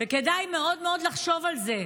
וכדאי מאוד מאוד לחשוב על זה.